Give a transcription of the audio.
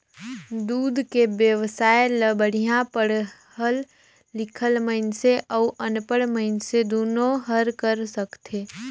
दूद के बेवसाय ल बड़िहा पड़हल लिखल मइनसे अउ अनपढ़ मइनसे दुनो हर कर सकथे